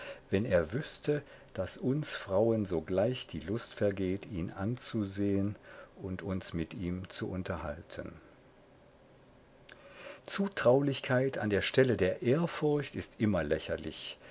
wenn er wüßte daß uns frauen sogleich die lust vergeht ihn anzusehen und uns mit ihm zu unterhalten zutraulichkeit an der stelle der ehrfurcht ist immer lächerlich